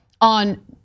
on